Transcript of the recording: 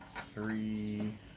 three